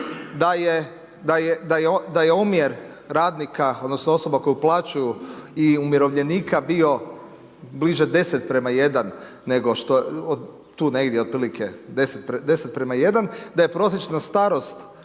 da je omjer radnika, odnosno osoba koje uplaćuju i umirovljenika bio bliže 10:1 nego tu negdje otprilike 10:1, da je prosječna starost